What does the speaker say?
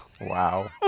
wow